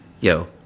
Yo